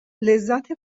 لذت